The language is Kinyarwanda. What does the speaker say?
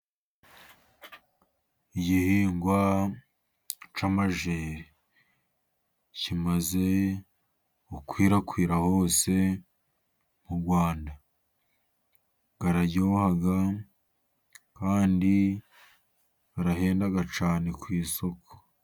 Igihingwa cy'amajeri kimaze gukwirakwira hose mu Rwanda, araryoha kandi arahenda cyane ku isoko.